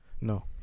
no